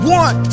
one